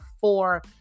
four